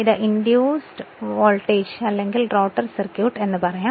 ഇതിനെ induced voltage അല്ലെങ്കിൽ rotor circuit എന്ന് പറയാം